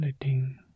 Letting